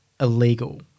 illegal